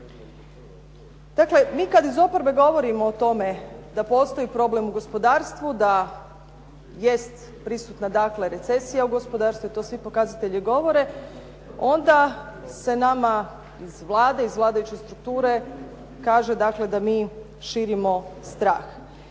Dakle, mi kad iz oporbe govorimo o tome da postoji problem u gospodarstvu, da jest prisutna dakle recesija u gospodarstvu, to svi pokazatelji govore, onda se nama iz Vlade, iz vladajuće strukture kaže dakle da mi širimo strah.